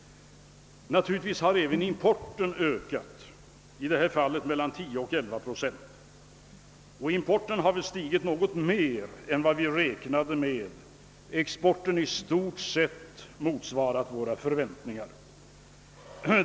Naturligtvis har även importen ökat, nämligen med 10 å 11 procent. Importen har väl stigit något mer än vad vi räknade med, medan exporten i stort sett motsvarat våra förväntningar.